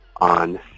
on